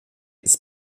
ist